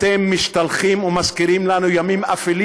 אתם משתלחים ומזכירים לנו ימים אפלים